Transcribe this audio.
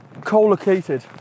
co-located